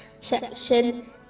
section